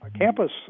campus